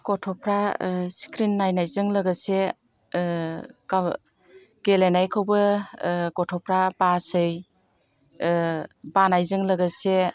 गथ'फ्रा स्क्रिन नायनायजों लोगोसे गाव गेलेनायखौबो गथ'फ्रा बासै बानायजों लोगोसे